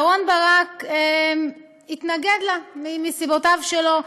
אהרן ברק התנגד לה, מסיבותיו שלו.